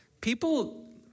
people